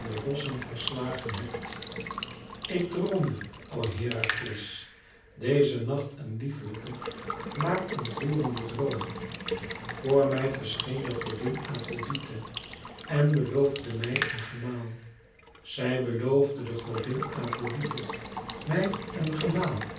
rossen verslagen hebt ik droomde o herakles deze nacht een lieflijken maar ontroerenden droom voor mij verscheen de godin afrodite en beloofde mij een gemaal zij beloofde de godin afrodite mij een gemaal